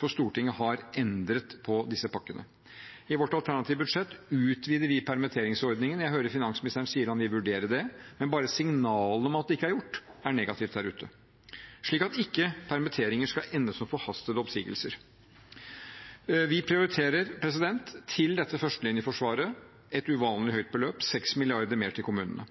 for Stortinget har endret på disse pakkene. I vårt alternative budsjett utvider vi permitteringsordningene – jeg hører finansministeren sier at han vil vurdere det, men bare signalet om at det ikke er gjort, er negativt der ute. Permitteringer skal ikke ende som forhastede oppsigelser. Vi prioriterer, til dette førstelinjeforsvaret, et uvanlig høyt beløp – 6 mrd. kr mer til kommunene.